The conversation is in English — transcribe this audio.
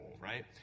right